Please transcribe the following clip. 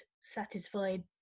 satisfied